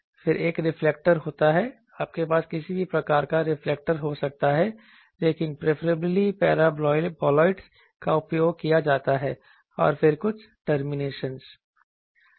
फिर एक रिफ्लेक्टर होता है आपके पास किसी भी प्रकार का रिफ्लेक्टर हो सकता है लेकिन प्रिफरेबली पैराबोलॉयडज का उपयोग किया जाता है और फिर कुछ टर्मिनेशनस